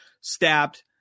stabbed